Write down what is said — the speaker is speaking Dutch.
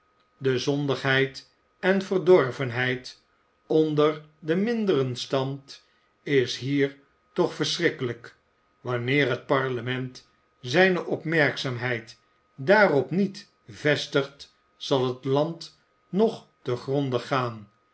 de zondigheid en verdorvenheid onder den minderen stand is hier toch verschrikkelijk wanneer het parlement zijne opmerkzaamheid daarop niet vestigt zal het land nog te gronde gaan